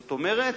זאת אומרת,